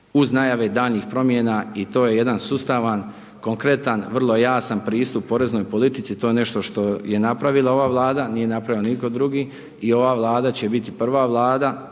uz najave daljnjih promjena i to je jedan sustavan, konkretan, vrlo jasan pristup poreznoj politici, to je nešto što je napravila ova Vlada, nije napravio nitko drugi. I ova Vlada će biti prva Vlada